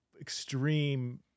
extreme